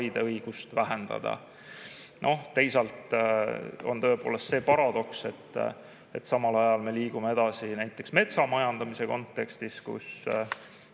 vaideõigust vähendada. Teisalt on tõepoolest see paradoks, et samal ajal näiteks metsamajandamise kontekstis me